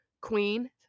queen